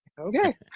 okay